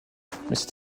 c’était